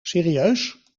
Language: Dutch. serieus